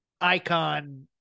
icon